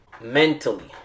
mentally